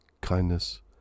kindness